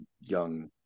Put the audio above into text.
young